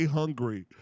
hungry